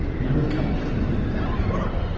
now recovered from all that grog.